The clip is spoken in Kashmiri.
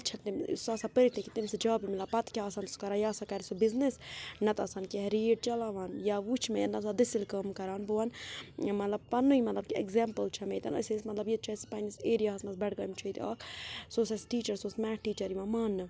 پَتہٕ چھَنہٕ تٔمِس سُہ آسان پٔرِتھ لیکن کِہیٖنۍ تٔمِس نہٕ جابٕے مِلان پَتہٕ کیٛاہ آسان سُہ کَران یہِ ہَسا کَرِ سُہ بِزنِس نَتہٕ آسان کیٚنٛہہ ریٖڈ چَلاوان یا وٕچھ مےٚ نَتہٕ آسان دٔسِل کٲم کَران بہٕ وَنہٕ مطلب پَنوٕے مطلب کہِ اٮ۪کزامپٕل چھَم ییٚتٮ۪ن أسۍ ٲسۍ مطلب ییٚتہِ چھِ اَسہِ پنٛنِس ایریاہَس منٛز بَڈگامہِ چھُ ییٚتہِ اَکھ سُہ اوس اَسہِ ٹیٖچَر سُہ اوس میتھ ٹیٖچَر یِوان ماننہٕ